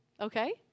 Okay